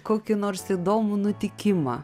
kokį nors įdomų nutikimą